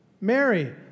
Mary